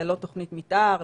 ללא תוכנית מתאר,